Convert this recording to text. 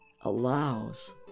allows